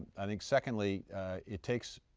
i think secondly it takes,